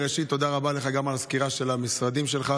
תודה רבה לך גם על הסקירה של המשרדים שלך.